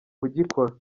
kugikora